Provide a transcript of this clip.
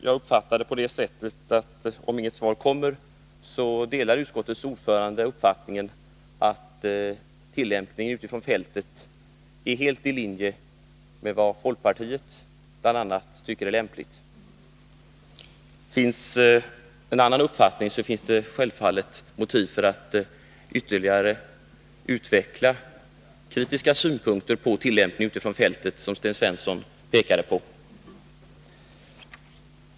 Jag ser det så, om inget svar kommer, att utskottets ordförande delar uppfattningen att tillämpningen ute på fältet är helt i linje med vad folkpartiet bl.a. tycker är lämpligt. Har utskottsordföranden en annan uppfattning, så finns det självfallet motiv för att ytterligare utveckla kritiska synpunkter på tillämpningen ute på fältet, som Sten Svensson pekade på.